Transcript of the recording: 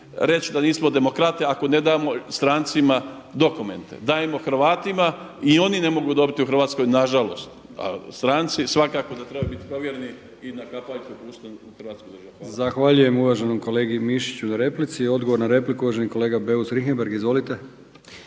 reći da nismo demokrati ako ne damo strancima dokumente. Dajmo Hrvatima i oni ne mogu dobiti u Hrvatskoj nažalost, a stranci svakako da trebaju biti provjereni i na kapaljku pušteni u Hrvatsku državu. **Brkić, Milijan (HDZ)** Zahvaljujem uvaženom kolegi Mišiću na replici. Odgovor na repliku uvaženi kolega Beus Richembergh. Izvolite.